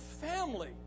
family